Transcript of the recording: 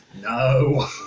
No